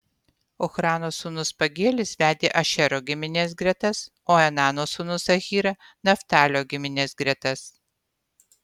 ochrano sūnus pagielis vedė ašero giminės gretas o enano sūnus ahyra naftalio giminės gretas